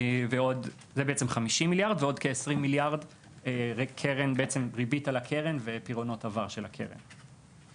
ועוד כ-20 מיליארד ריבית על הקרן ופירעונות עבר של הקרן.